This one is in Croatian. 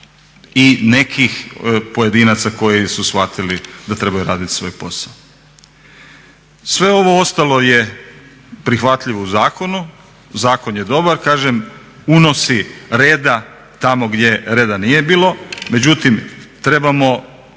i nekih pojedinaca koji su shvatili da trebaju radit svoj posao. Sve ovo ostalo je prihvatljivo u zakonu, zakon je dobar, kažem unosi reda tamo gdje reda nije bilo, međutim trebamo